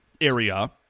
area